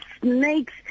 snakes